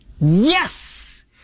Yes